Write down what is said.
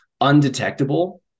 undetectable